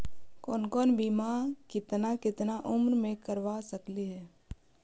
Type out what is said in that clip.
कौन कौन बिमा केतना केतना उम्र मे करबा सकली हे?